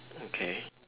okay